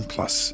Plus